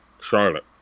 Charlotte